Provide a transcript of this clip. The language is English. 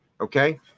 okay